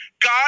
God